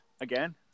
again